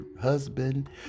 husband